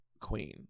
queen